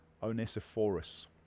Onesiphorus